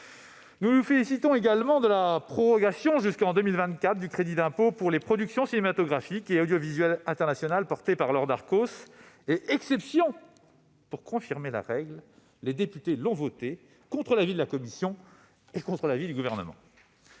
Nous nous félicitons également de la prolongation jusqu'en 2024 du crédit d'impôt pour les productions cinématographiques et audiovisuelles internationales proposée par Laure Darcos. Exception qui confirme la règle, les députés l'ont votée contre l'avis de leur commission des finances et contre l'avis du Gouvernement.,